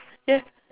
yes